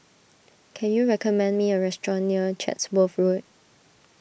can you recommend me a restaurant near Chatsworth Road